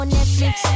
Netflix